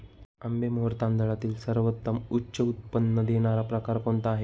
आंबेमोहोर तांदळातील सर्वोत्तम उच्च उत्पन्न देणारा प्रकार कोणता आहे?